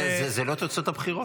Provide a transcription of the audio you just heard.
זה לא תוצאות הבחירות?